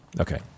Okay